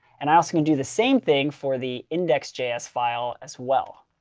and i also can do the same thing for the index js file as well.